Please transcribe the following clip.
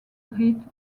hit